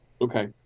Okay